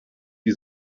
die